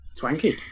Twanky